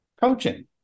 coaching